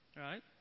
right